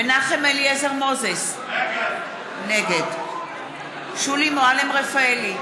מנחם אליעזר מוזס, נגד שולי מועלם-רפאלי,